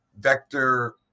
vector